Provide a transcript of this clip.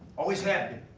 always have been.